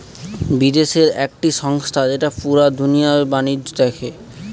বিদেশের একটি সংস্থা যেটা পুরা দুনিয়ার বাণিজ্য দেখে